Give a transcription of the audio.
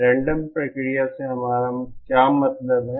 random प्रक्रिया से हमारा क्या मतलब है